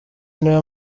niwe